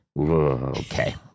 Okay